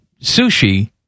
sushi